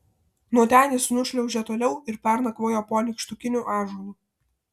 nuo ten jis nušliaužė toliau ir pernakvojo po nykštukiniu ąžuolu